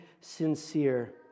sincere